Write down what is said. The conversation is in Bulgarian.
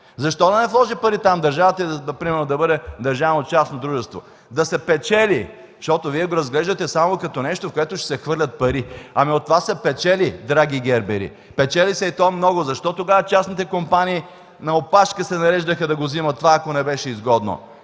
Защо да не вложи пари там държавата и примерно да бъде държавно-частно дружество? Да се печели. Защото Вие го разглеждате само като нещо, в което ще се хвърлят пари. Но от това се печели, драги гербери! Печели се, и то много. Защо тогава частните компании се нареждаха на опашка да вземат това, ако не беше изгодно?!